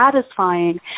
satisfying